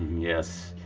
yes,